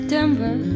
Denver